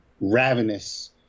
ravenous